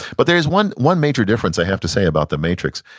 but there is one one major difference i have to say about the matrix.